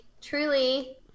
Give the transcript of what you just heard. truly